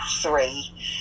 three